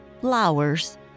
flowers